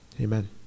amen